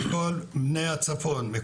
כל בני הצפון,